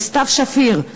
סתיו שפיר,